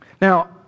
Now